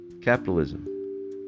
capitalism